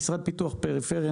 המשרד לפיתוח הפריפריה,